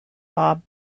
bob